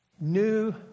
new